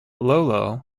lolo